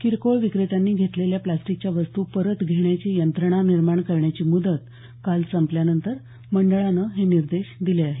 किरकोळ विक्रेत्यांनी घेतलेल्या प्रॅस्टिकच्या वस्तू परत घेण्याची यंत्रणा निर्माण करण्याची मुदत काल संपल्यानंतर मंडळानं हे निर्देश दिले आहेत